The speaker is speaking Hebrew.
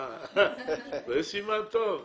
זה סימן טוב.